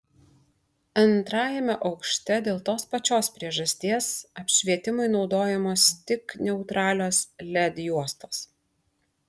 antrajame aukšte dėl tos pačios priežasties apšvietimui naudojamos tik neutralios led juostos